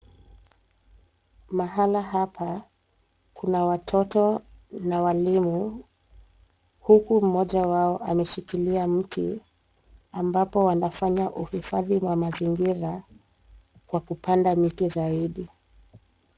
Mahala hapa kuna watoto na walimu, huku mmoja wao ameshikilia mti ambapo wanafanya uhifadhi wa mazingira kwa kupanda miti zaidi.